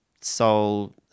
soul